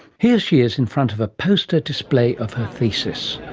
here she is in front of a poster display of her thesis.